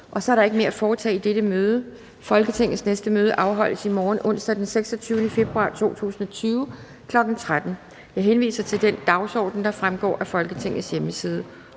Der er ikke mere at foretage i dette møde. Folketingets næste møde afholdes i morgen, onsdag den 26. februar 2020, kl. 13.00. Jeg henviser til den dagsorden, der fremgår af Folketingets hjemmeside.